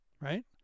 right